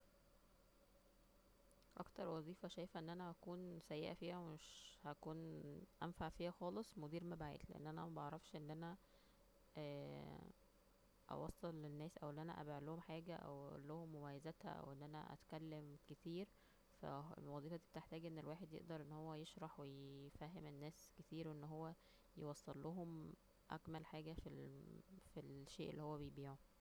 اكتر وظيفة شايفة أنا هكون سيئة فيها ومش هكون انفع فيها خالص مدير مبيعات أنا مبعرفش أن أنا اوصل للناس أو أن أنا ابيعلهم حاجة وتقولهم مميزاتها أو أن أنا أتكلم كتير ف الوظيفة دي بتحتاج لن الواحد يقدر أن هو يشرح ويفهم الناس كتير وان هو يوصلهم اجمل حاجة في الشيئ اللي هو بيبيعه